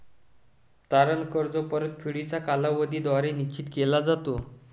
तारण कर्ज परतफेडीचा कालावधी द्वारे निश्चित केला जातो